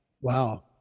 wow